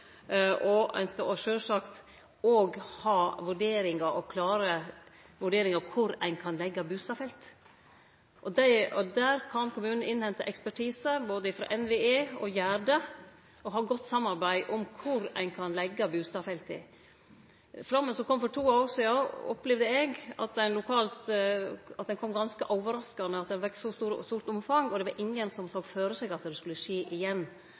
Ein skal sjølvsagt òg ha klare vurderingar av kvar ein kan leggje bustadfelt, og der kan kommunane hente inn ekspertise, bl.a. frå NVE, og det gjer dei, og slik kan dei ha eit godt samarbeid om kvar dei kan leggje bustadfelta. Eg opplevde at det lokalt kom ganske overraskande at flaumen som kom for to år sidan, fekk så stort omfang, og det var ingen som så føre seg at det skulle skje igjen.